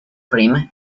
brim